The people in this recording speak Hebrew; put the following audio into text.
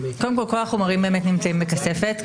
קודם כול, כל החומרים נמצאים בכספת.